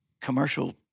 commercial